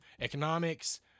economics